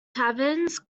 taverns